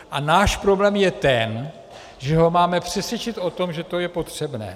A náš problém je ten, že ho máme přesvědčit o tom, že to je potřebné.